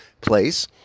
Place